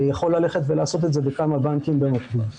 יכול ללכת ולעשות את זה בכמה בנקים במקביל.